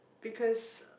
because